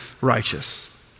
righteous